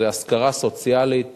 זו השכרה סוציאלית